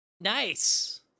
Nice